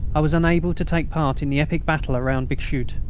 i was unable to take part in the epic battle round bixschoote,